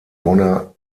bonner